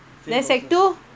!hey! sec~ two